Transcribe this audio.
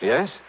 Yes